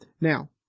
Now